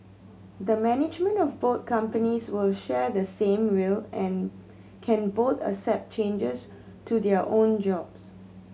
the management of both companies will share the same will and can both accept changes to their own jobs